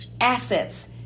assets